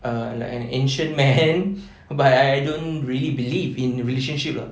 err like an ancient man but I don't really believe in relationships lah